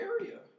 area